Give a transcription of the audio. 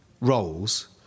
Roles